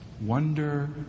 wonder